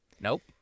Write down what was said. Nope